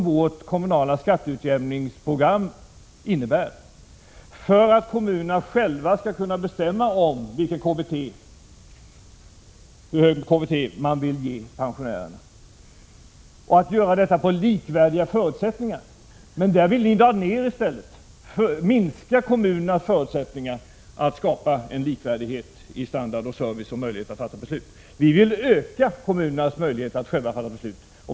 Vårt kommunalskatteutjämningsprogram innebär att kommunerna själva skall kunna bestämma om vilket KBT de vill ge sina pensionärer och kan göra detta på likvärdiga förutsättningar. Men där vill ni i stället minska kommunernas förutsättningar att skapa en likvärdighet i standard, service och möjligheter att fatta beslut. Vi vill öka kommunernas möjligheter att själva fatta beslut.